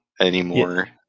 anymore